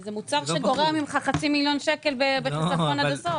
זה מוצר שגורע ממך חצי מיליון כסף בחיסכון עד הסוף.